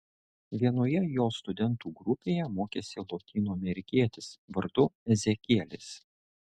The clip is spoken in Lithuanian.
vienoje jo studentų grupėje mokėsi lotynų amerikietis vardu ezekielis